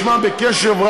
אפסיק עכשיו, אשמע,